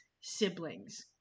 siblings